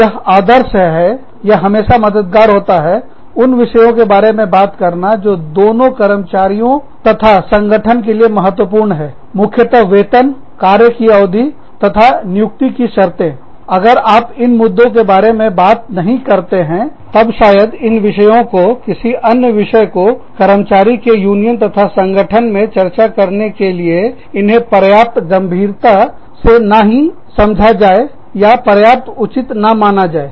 यह आदर्श है यह हमेशा मददगार होता हैउन विषयों बारे में बात करना जो दोनों कर्मचारियों तथा संगठन के लिए महत्वपूर्ण है मुख्यतः वेतन कार्य की अवधि तथा नियुक्ति की शर्तें अगर आप इन मुद्दों के बारे में बात नहीं करते हैं तब शायद इन विषयों को किसी अन्य विषय को कर्मचारियों के यूनियन तथा संगठन में चर्चा के लिए इन्हें पर्याप्त गंभीरता नहीं समझा जाए या पर्याप्त उचित न माना जाए